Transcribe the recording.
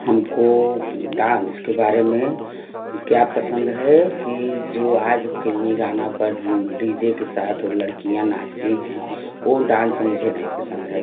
हमको डांस के बारे में क्या पसंद है कि जो आज फ़िल्मी गाना पर डी जे के साथ और लड़कियाँ नाचती हैं ओ डांस मुझे नहीं पसंद है